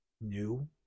new